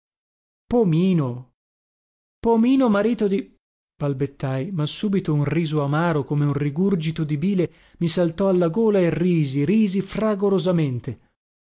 pomino pomino marito di balbettai ma subito un riso amaro come un rigurgito di bile mi saltò alla gola e risi risi fragorosamente